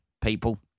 people